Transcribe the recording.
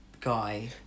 guy